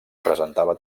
presentava